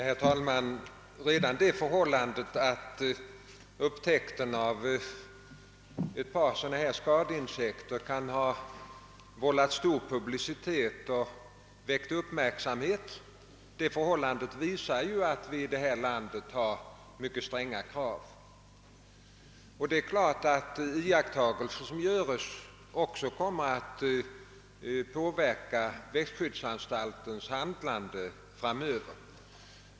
Herr talman! Redan det förhållandet att upptäckten av ett par skadeinsekter har förorsakat stor publicitet och väckt stor uppmärksamhet visar ju att vi i detta land har mycket stränga krav. Det är klart att iakttagelser som görs också kommer att påverka växtskyddsanstaltens handlande framöver.